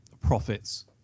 profits